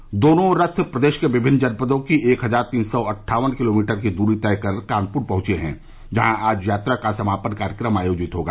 ये दोनों रथ प्रदेश के विभिन्न जनपदों की एक हजार तीन सौ अट्ठावन किलोमीटर की दूरी तय कर कानपुर पहुंचे हैं जहां आज यात्रा का समापन कार्यक्रम आयोजित होगा